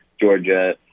Georgia